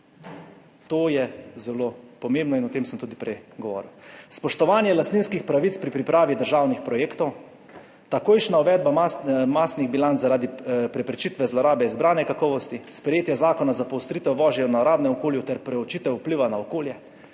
to je zelo pomembno in o tem sem tudi prej govoril. »Spoštovanje lastninskih pravic pri pripravi državnih projektov, takojšnja uvedba masnih bilanc zaradi preprečitve zlorabe izbrane kakovosti, sprejetje Zakona za poostritev vožnje v naravnem okolju ter preučitev vpliva na okolje.«